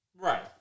Right